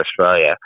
Australia